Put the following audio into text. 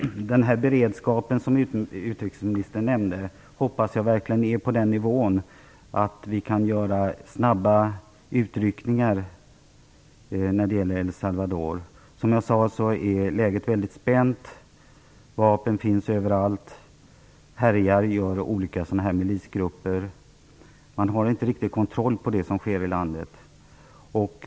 Fru talman! Den beredskap som utrikesministern nämnde hoppas jag verkligen är på den nivån att vi kan göra snabba utryckningar när det gäller El Salvador. Som jag sade är läget väldigt spänt. Vapen finns överallt. Olika milisgrupper härjar. Man har inte riktigt kontroll på det som sker i landet.